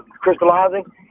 crystallizing